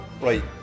Right